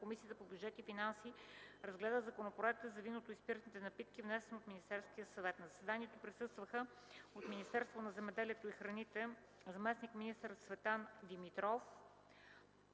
Комисията по бюджет и финанси разгледа Законопроекта за виното и спиртните напитки, внесен от Министерския съвет. На заседанието присъстваха: от Министерството на земеделието и храните: Цветан Димитров